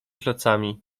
klocami